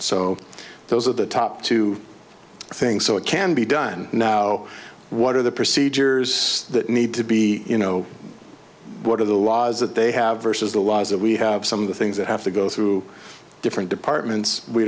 so those are the top two things so it can be done now what are the procedures that need to be you know what are the laws that they have versus the laws that we have some of the things that have to go through different departments we